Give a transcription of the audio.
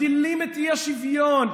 מגדילים את האי-שוויון.